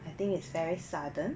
I think is very sudden